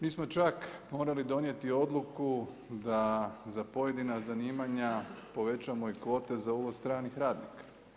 Mi smo čak morali donijeti odluku, da za pojedina zanimanja povećamo i kvote za uvoz stranih radnika.